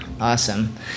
Awesome